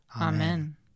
Amen